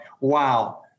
wow